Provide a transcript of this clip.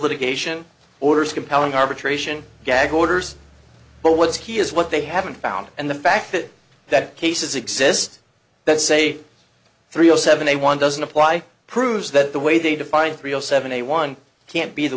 litigation orders compelling arbitration gag orders but what if he is what they have been found and the fact that that case is exist that say three o seven a one doesn't apply proves that the way they define real seventy one can't be the